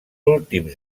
últims